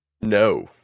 no